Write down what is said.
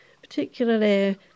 particularly